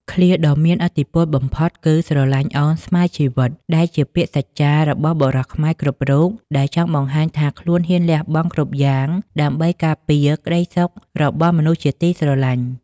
ឃ្លាដ៏មានឥទ្ធិពលបំផុតគឺ "ស្រឡាញ់អូនស្មើជីវិត" ដែលជាពាក្យសច្ចចារបស់បុរសខ្មែរគ្រប់រូប ដែលចង់បង្ហាញថាខ្លួនហ៊ានលះបង់គ្រប់យ៉ាងដើម្បីការពារក្តីសុខរបស់មនុស្សជាទីស្រឡាញ់។